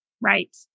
Right